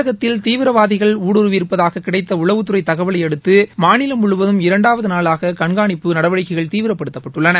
தமிழகத்தில் தீவிரவாதிகள் ஊடுறுவி இருப்பதாக கிடைத்த உளவுத் தகவலை அடுத்து மாநிலம் முழுவதும் இரண்டாவது நாளாக கண்காணிப்பு நடவடிக்கைகள் தீவிரப்படுத்தப்பட்டுள்ளன